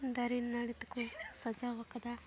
ᱫᱟᱨᱮ ᱱᱟᱹᱲᱤ ᱛᱮᱠᱚ ᱥᱟᱡᱟᱣ ᱟᱠᱟᱫᱟ